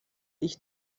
ich